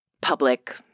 public